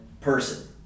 person